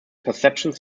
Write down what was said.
perceptions